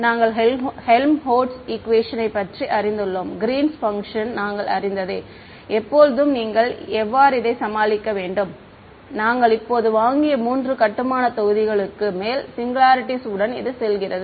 நாங்கள் ஹெல்ம்ஹோல்ட்ஸ் ஈக்குவேஷனை பற்றி நன்கு அறிந்துள்ளோம் கிரீன்ஸ் பங்க்ஷன் Greens function நாங்கள் அறிந்ததே எப்போது நீங்கள் எவ்வாறு இதை சமாளிக்க வேண்டும் நாங்கள் இப்போது வாங்கிய மூன்று கட்டுமானத் தொகுதிகளுக்கு மேல் சிங்குலாரிட்டிஸ் உடன் இது செல்கிறது